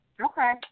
Okay